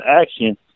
action